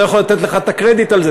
לא יכול לתת לך את הקרדיט הזה.